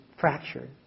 fractured